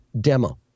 demo